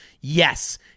yes